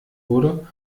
wurde